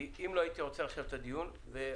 כי אם לא הייתי עוצר עכשיו את הדיון ועוסק